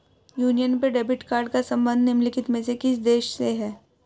Union pay debit card का संबंध निम्नलिखित में से किस देश से है?